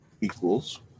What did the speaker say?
equals